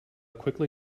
quickly